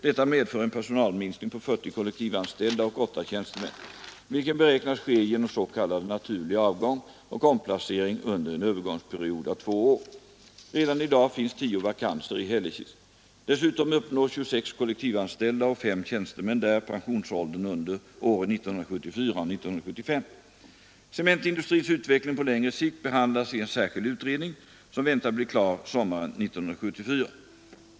Detta medför en personalminskning på 40 kollektivanställda och 8 tjänstemän, vilken beräknas ske genom s.k. naturlig avgång och omplacering under en övergångsperiod av två år. Redan i dag finns 20 vakanser i Hällekis. Dessutom uppnår 26 kollektivanställda och S tjänstemän där pensionsåldern under åren 1974 och 1975. Cementindustrins utveckling på längre sikt behandlas i en särskild utredning som väntas bli klar sommaren 1974.